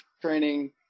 training